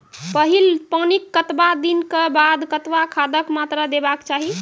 पहिल पानिक कतबा दिनऽक बाद कतबा खादक मात्रा देबाक चाही?